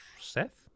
Seth